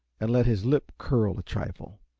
and let his lip curl a trifle.